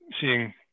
seeing